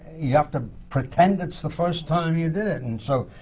you have to pretend it's the first time you did it. and so,